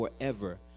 forever